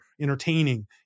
entertaining